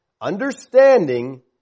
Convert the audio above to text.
understanding